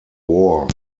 war